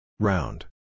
Round